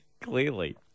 Clearly